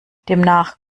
demnach